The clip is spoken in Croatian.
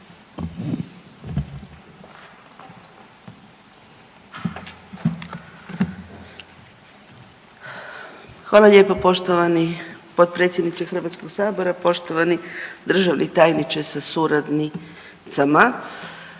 Zahvaljujem potpredsjedniče Hrvatskog sabora. Poštovani državni tajniče sa suradnicima,